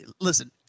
Listen